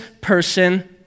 person